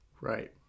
Right